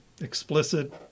explicit